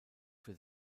für